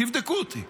תבדקו אותי,